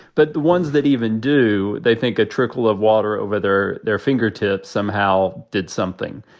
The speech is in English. but the ones that even do they think a trickle of water over their their fingertip somehow did something.